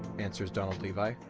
answers donald levy.